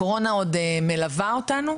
הקורונה עוד מלווה אותנו,